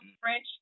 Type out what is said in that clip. French